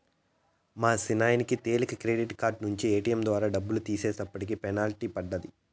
మా సిన్నాయనకి తెలీక క్రెడిట్ కార్డు నించి ఏటియం ద్వారా డబ్బులు తీసేటప్పటికి పెనల్టీ పడ్డాది